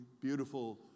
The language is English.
Beautiful